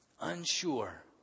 unsure